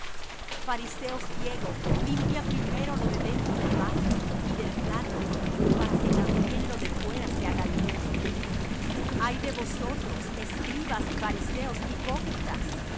fariseo ciego limpia primero lo de dentro del vaso y del plato para que también lo de fuera se haga limpio ay de vosotros escribas y fariseos hipócritas